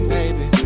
baby